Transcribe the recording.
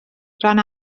ran